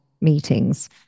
meetings